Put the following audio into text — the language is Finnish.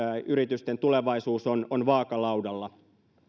yritysten tulevaisuus on on vaakalaudalla